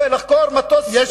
לחכור מטוס מיוחד עבורם.